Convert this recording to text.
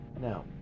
now